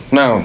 no